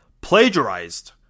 plagiarized